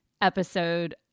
episode